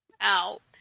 out